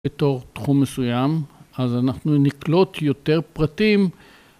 בתור תחום מסוים, אז אנחנו נקלוט יותר פרטים.